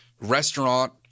restaurant